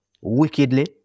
wickedly